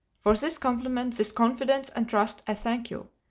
for this compliment, this confidence and trust, i thank you.